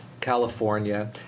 California